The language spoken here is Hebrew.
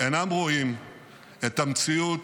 אינם רואים את המציאות